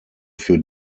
für